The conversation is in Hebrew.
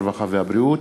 הרווחה והבריאות,